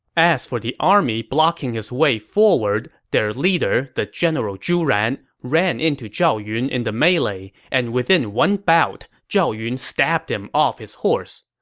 as for the army blocking his way forward, their leader, the general zhu ran, ran into zhao yun in the melee, and within one bout, zhao yun stabbed him off his horse.